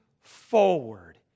forward